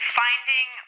finding